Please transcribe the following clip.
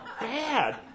bad